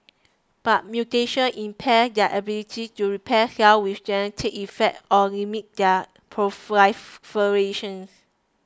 but mutations impair their ability to repair cells with genetic effects or limit their proliferations